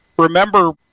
remember